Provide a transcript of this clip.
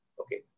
okay